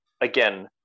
again